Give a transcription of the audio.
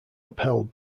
upheld